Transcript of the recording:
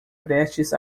prestes